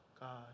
God